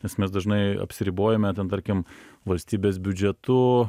nes mes dažnai apsiribojame ten tarkim valstybės biudžetu